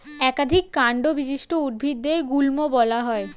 একাধিক কান্ড বিশিষ্ট উদ্ভিদদের গুল্ম বলা হয়